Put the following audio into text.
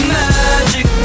magic